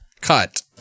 cut